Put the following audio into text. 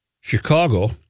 Chicago